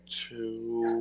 two